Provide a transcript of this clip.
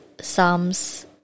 Psalms